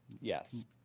Yes